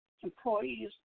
employees